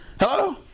Hello